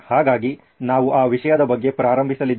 ಹಾಗಾಗಿ ನಾವು ಆ ವಿಷಯದ ಬಗ್ಗೆ ಪ್ರಾರಂಭಿಸಲಿದ್ದೇವೆ